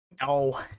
No